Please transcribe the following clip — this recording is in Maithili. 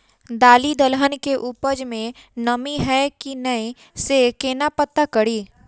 दालि दलहन केँ उपज मे नमी हय की नै सँ केना पत्ता कड़ी?